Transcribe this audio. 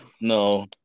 No